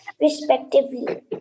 respectively